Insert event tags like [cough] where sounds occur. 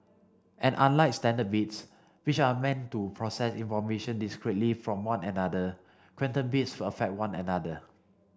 and unlike standard bits which are meant to process information discretely from one another quantum bits [unintelligible] affect one another